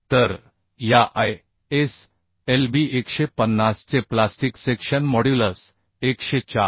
तर या ISLB 150 चे प्लास्टिक सेक्शन मॉड्युलस 104